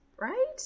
Right